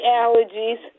allergies